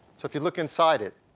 so if you look inside it,